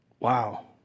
wow